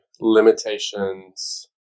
limitations